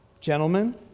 gentlemen